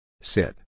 Sit